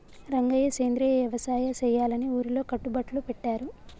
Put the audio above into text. రంగయ్య సెంద్రియ యవసాయ సెయ్యాలని ఊరిలో కట్టుబట్లు పెట్టారు